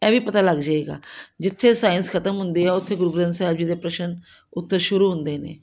ਇਹ ਵੀ ਪਤਾ ਲੱਗ ਜਾਵੇਗਾ ਜਿੱਥੇ ਸਾਇੰਸ ਖਤਮ ਹੁੰਦੀ ਆ ਉੱਥੇ ਗੁਰੂ ਗ੍ਰੰਥ ਸਾਹਿਬ ਜੀ ਦੇ ਪ੍ਰਸ਼ਨ ਉੱਤਰ ਸ਼ੁਰੂ ਹੁੰਦੇ ਨੇ